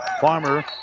Farmer